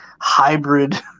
hybrid